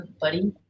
buddy